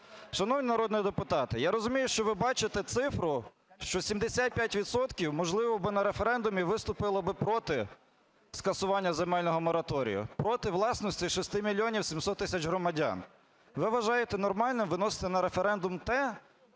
Шановні народні депутати, я розумію, що вибачите цифру, що 75 відсотків, можливо, би на референдумі виступило проти скасування земельного мораторію, проти власності 6 мільйонів 700 тисяч громадян. Ви вважаєте нормальним виносити на референдум те